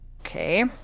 Okay